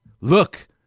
look